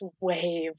wave